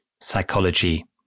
psychology